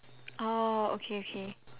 orh okay okay